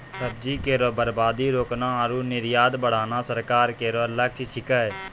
सब्जी केरो बर्बादी रोकना आरु निर्यात बढ़ाना सरकार केरो लक्ष्य छिकै